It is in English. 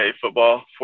football